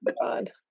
God